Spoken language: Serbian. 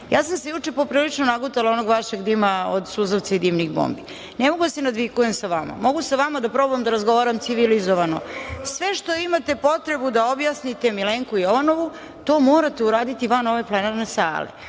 ja sam se juče poprilično nagutala onog vašeg dima od suzavca i dimnih bombi. Ne mogu da se nadvikujem sa vama. Mogu sa vama da probam da razgovaram civilizovano. Sve što imate potrebu da objasnite Milenku Jovanovu, to morate uraditi van ove plenarne sale. Ovde